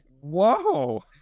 Whoa